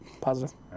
Positive